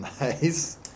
nice